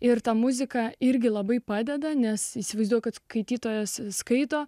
ir ta muzika irgi labai padeda nes įsivaizduoja kad skaitytojas skaito